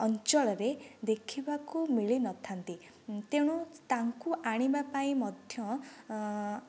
ଅଞ୍ଚଳରେ ଦେଖିବାକୁ ମିଳିନଥାନ୍ତି ତେଣୁ ତାଙ୍କୁ ଆଣିବା ପାଇଁ ମଧ୍ୟ